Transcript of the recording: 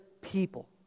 people